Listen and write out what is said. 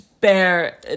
bear